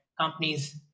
companies